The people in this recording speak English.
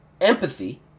empathy